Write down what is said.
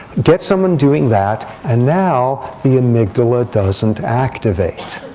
get someone doing that. and now the amygdala doesn't activate.